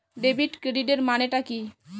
Debit ক্রেডিটের মানে টা কি?